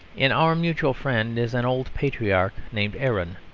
in our mutual friend is an old patriarch named aaron,